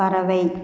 பறவை